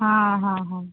ହଁ ହଁ ହଁ